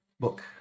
book